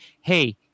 hey